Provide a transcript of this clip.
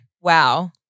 Wow